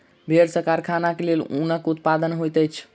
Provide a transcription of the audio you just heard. भेड़ सॅ कारखानाक लेल ऊनक उत्पादन होइत अछि